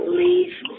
leave